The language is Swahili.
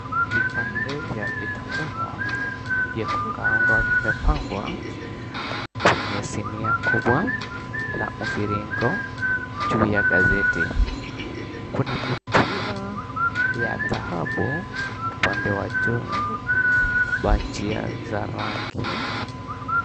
Vipande vya vitafunwa vya kukaangwa vimepangwa kwenye sinia kubwa la mviringo juu ya gazeti. Kuna mipira ya dhahabu upande wa juu, bhajia za rangi.